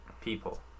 people